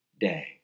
day